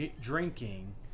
drinking